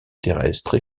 terrestre